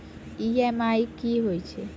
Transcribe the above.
EMI कि होय छै?